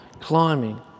climbing